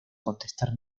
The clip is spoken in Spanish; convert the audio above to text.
contestar